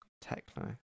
techno